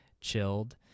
chilled